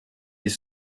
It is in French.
ils